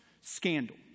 scandal